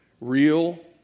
real